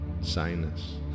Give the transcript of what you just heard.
sinus